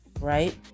right